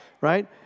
Right